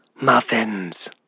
Muffins